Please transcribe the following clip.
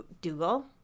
Dougal